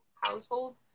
household